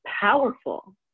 powerful